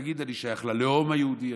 תגיד: אני שייך ללאום היהודי,